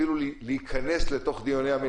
אפילו להיכנס לתוך דיוני המליאה.